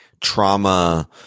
trauma